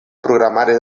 programari